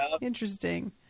interesting